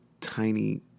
tiny